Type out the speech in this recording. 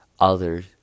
others